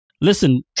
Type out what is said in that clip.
Listen